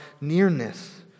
nearness